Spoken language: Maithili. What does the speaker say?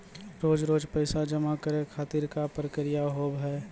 रोज रोज पैसा जमा करे खातिर का प्रक्रिया होव हेय?